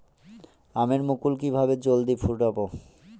আমের মুকুল কিভাবে জলদি ফুটাব?